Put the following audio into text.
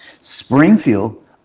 Springfield